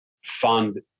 Fund